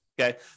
okay